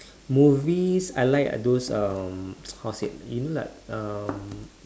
movies I like a~ those um how say you know like um